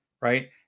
right